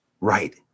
Right